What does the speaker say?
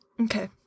Okay